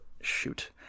Shoot